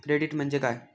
Credit म्हणजे काय?